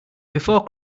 before